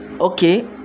Okay